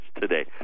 today